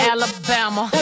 Alabama